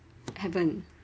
haven't